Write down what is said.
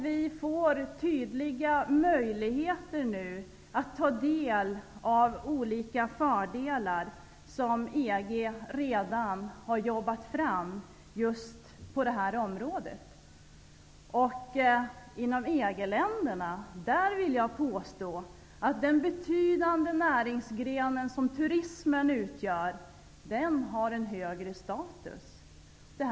Vi får nu tydliga möjligheter att ta del av fördelar som EG redan har jobbat fram på just det här området. Jag vill påstå att den betydande näringsgren som turismen utgör har en högre status inom EG-länderna.